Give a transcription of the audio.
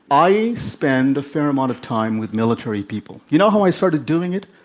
i spend a fair amount of time with military people. you know how i started doing it?